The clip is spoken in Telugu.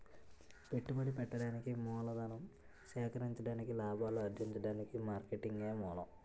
పెట్టుబడి పెట్టడానికి మూలధనం సేకరించడానికి లాభాలు అర్జించడానికి మార్కెటింగే మూలం